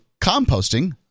composting